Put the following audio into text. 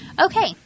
Okay